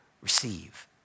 receive